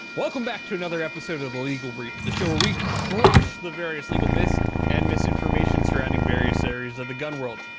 welcome back to the and sort of legal brief, the show where we crush the various legal myths and misinformation surrounding various areas of the gun world.